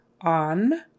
On